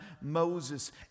Moses